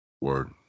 Word